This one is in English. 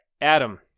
Adam